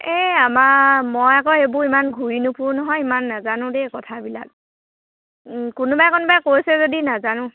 এই আমাৰ মই আকৌ এইবোৰ ইমান ঘূৰি নুফুৰো নহয় ইমান নাজানো দেই কথাবিলাক কোনোবাই কোনোবাই কৈছে যদি নাজানো